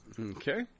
Okay